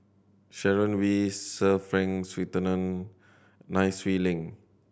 Sharon Wee Sir Frank Swettenham Nai Swee Leng